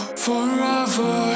forever